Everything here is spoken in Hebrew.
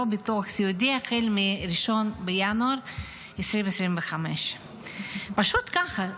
ביטוח סיעודי החל מ-1 בינואר 2025. פשוט ככה,